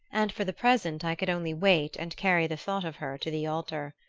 and for the present i could only wait and carry the thought of her to the altar.